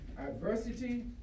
Adversity